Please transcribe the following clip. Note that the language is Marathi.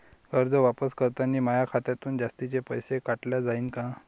कर्ज वापस करतांनी माया खात्यातून जास्तीचे पैसे काटल्या जाईन का?